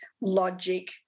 logic